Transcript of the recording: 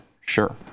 sure